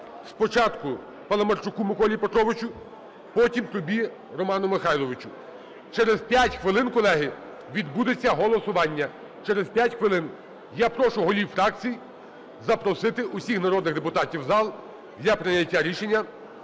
спочатку Паламарчуку Миколі Петровичу, потім тобі, Роман Михайлович. Через п'ять хвилин, колеги, відбудеться голосування, через п'ять хвилин. Я прошу голів фракцій запросити всіх народних депутатів в зал для прийняття рішення.